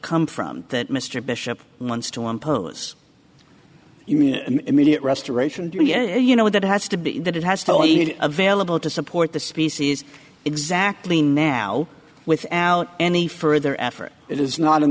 come from that mr bishop wants to impose you mean immediate restoration you know that has to be that it has to even available to support the species exactly now without any further effort it is not in